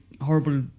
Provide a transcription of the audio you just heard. horrible